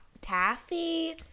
taffy